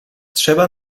trzeba